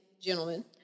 gentlemen